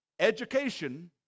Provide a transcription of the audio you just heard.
Education